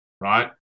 right